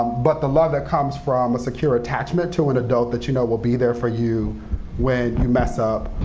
but the love that comes from a secure attachment to an adult that you know will be there for you when you mess up,